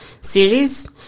series